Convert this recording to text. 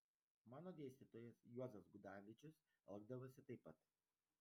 mano dėstytojas juozas gudavičius elgdavosi taip pat